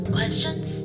Questions